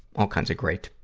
all kinds of great,